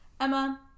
Emma